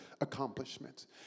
accomplishments